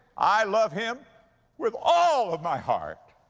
i love him with all of my heart,